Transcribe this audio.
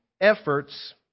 efforts